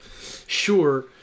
Sure